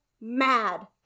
mad